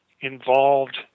involved